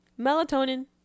melatonin